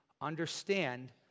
understand